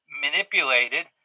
manipulated